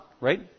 right